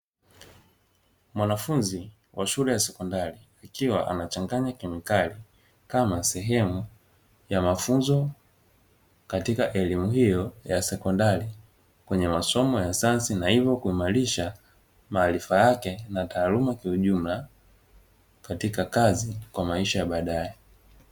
Mwanafunzi wa shule ya sekondari, akiwa anachanganya kemikali kama sehemu ya mafunzo katika elimu hiyo ya sekondari kwenye masomo ya sayansi, na hivyo kuimarisha maarifa yake na taaluma kiujumla katika kazi kwa maisha ya baadaye.